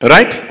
Right